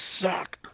suck